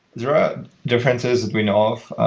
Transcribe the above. there are differences between off.